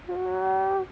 ah